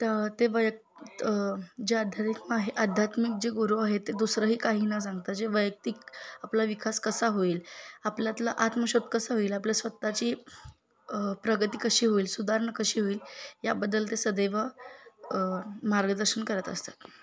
त ते वयक्त जे अध्यातिक आहे अध्यात्मिक जे गुरू आहे ते दुसरंही काही न सांगता जे वैयक्तिक आपला विकास कसा होईल आपल्यातला आत्मशोध कसा होईल आपल्या स्वतःची प्रगती कशी होईल सुधारणा कशी होईल याबद्दल ते सदैव मार्गदर्शन करत असतात